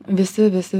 visi visi